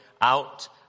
out